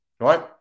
Right